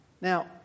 Now